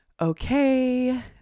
Okay